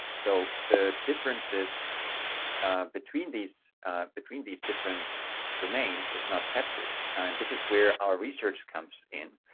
so the differences between these between these different domains is not captured. and this is where our research comes in.